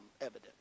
evident